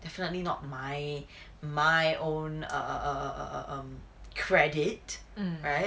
definitely not my my own err err um credit right